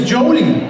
Jody